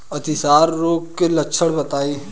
अतिसार रोग के लक्षण बताई?